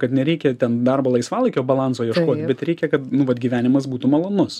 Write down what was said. kad nereikia ten darbo laisvalaikio balanso ieškot bet kad nu vat gyvenimas būtų malonus